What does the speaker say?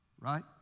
Right